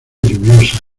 lluviosa